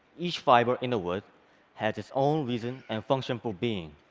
each fiber in the wood has its own reason and function for being,